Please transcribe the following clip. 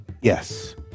Yes